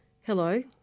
Hello